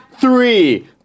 three